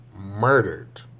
Murdered